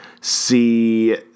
see